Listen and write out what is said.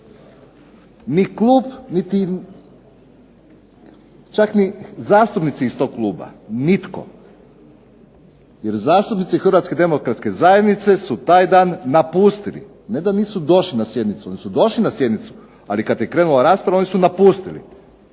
Ni klub niti, čak ni zastupnici iz tog kluba, nitko. Jer zastupnici Hrvatske demokratske zajednice su taj dan napustili, ne da nisu došli na sjednicu, oni su došli na sjednicu ali kad je krenula rasprava oni su napustili.